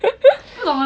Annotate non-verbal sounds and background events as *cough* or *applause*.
*laughs*